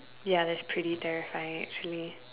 ya that's pretty terrifying actually